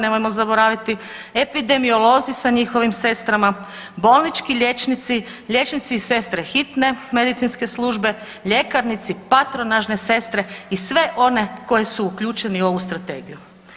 Nemojmo zaboraviti, epidemiolozi sa njihovim sestrama, bolnički liječnici, liječnici i sestre hitne medicinske službe, ljekarnici, patronažne sestre i svi oni koji su uključeni u ovu strategiju.